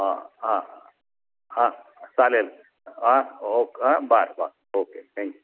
हां हां हां चालेल हां ओक हां बरं बरं ओके थँक्यू